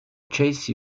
chase